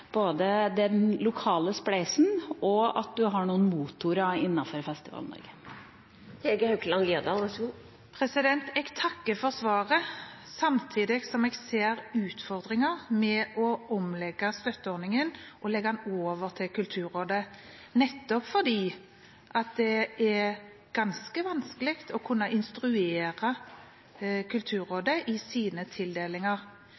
både det lokale spleiselaget og noen motorer innenfor Festival-Norge. Jeg takker for svaret samtidig som jeg ser utfordringer med å omlegge støtteordningen og legge den til Kulturrådet, nettopp fordi det er ganske vanskelig å instruere Kulturrådet i dets tildelinger.